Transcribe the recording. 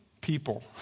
people